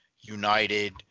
United